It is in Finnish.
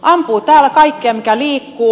ampuu täällä kaikkea mikä liikkuu